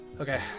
Okay